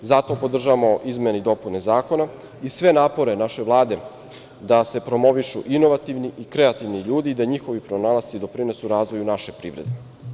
Zato podržavamo izmene i dopune zakona i sve napore naše Vlade da se promovišu inovativni i kreativni ljudi i da njihovi pronalasci doprinesu razvoju naše privrede.